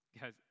Guys